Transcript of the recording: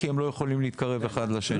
כי הם לא יכולים להתקרב אחד לשני.